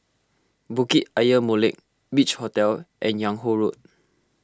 Bukit Ayer Molek Beach Hotel and Yung Ho Road